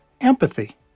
empathy